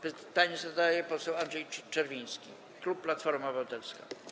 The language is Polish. Pytanie zadaje poseł Andrzej Czerwiński, klub Platforma Obywatelska.